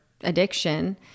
addiction